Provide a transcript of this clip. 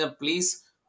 please